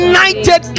United